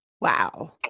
Wow